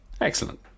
excellent